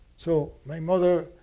so my mother